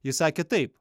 jis sakė taip